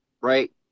right